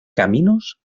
caminos